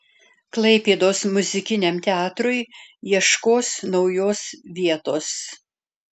klaipėdos muzikiniam teatrui ieškos naujos vietos